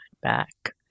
back